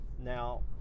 now